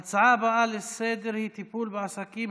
ההצעות הבאות לסדר-היום הן בנושא טיפול בעסקים